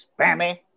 spammy